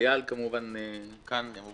איל בן ראובן כמובן מוביל כאן.